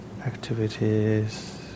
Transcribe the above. activities